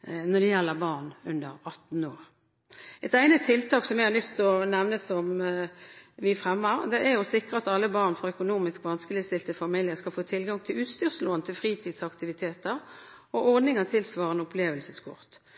når det gjelder barn under 18 år. Et egnet tiltak som jeg har lyst til å nevne, som vi fremmer, er å sikre at alle barn fra økonomisk vanskeligstilte familier skal få tilgang til utstyrslån til fritidsaktiviteter og